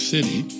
City